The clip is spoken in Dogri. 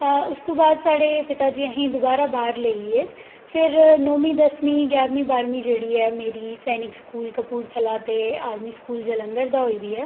अ उ'स्स तों बाद साढ़े पिता जी अ'हेंई दोबारा बाह्र लेइयै फिर नौमीं दसमीं ञारमीं बारमीं जेह्ड़ी ऐ मेरी सैनिक स्कूल कपूरथला ते आर्मी स्कूल जलंधर दा होई दी ऐ